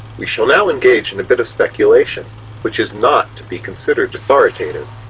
we shall now engage in a bit of speculation which is not to be considered authoritative,